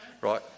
right